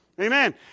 Amen